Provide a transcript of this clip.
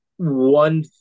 one